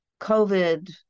COVID